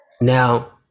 Now